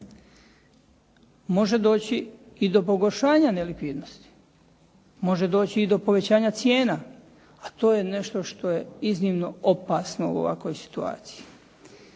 Može doći i do pogoršanja nelikvidnosti, može doći i do povećanja cijena a to je nešto što je iznimno opasno u ovakvoj situaciji.